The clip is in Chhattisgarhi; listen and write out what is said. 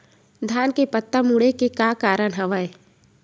धान के पत्ता मुड़े के का कारण हवय?